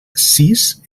sis